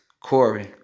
Corey